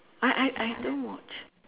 I I I don't watch